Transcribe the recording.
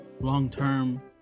long-term